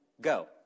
go